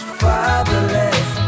fatherless